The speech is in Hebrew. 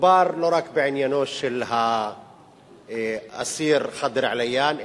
מדובר לא רק בעניינו של האסיר ח'דר עדנאן,